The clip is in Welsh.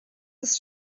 oes